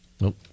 Nope